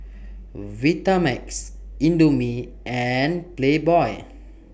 Vitamix Indomie and Playboy